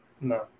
No